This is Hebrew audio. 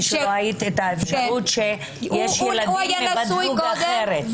כשלא היית את האפשרות שיש ילדים מבת זוג אחרת.